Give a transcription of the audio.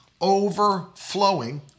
overflowing